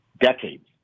decades